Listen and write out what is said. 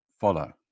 follow